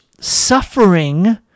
suffering